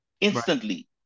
instantly